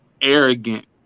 Arrogant